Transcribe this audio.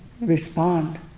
respond